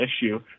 issue